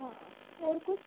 हाँ और कुछ